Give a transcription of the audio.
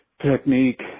technique